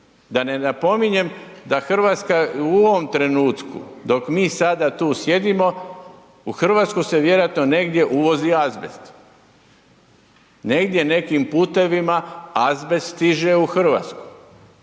Da ne napominjem da RH u ovom trenutku dok mi sada tu sjedimo, u RH se vjerojatno negdje uvozi azbest, negdje nekim putevima azbest stiže u RH iako